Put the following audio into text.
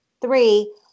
three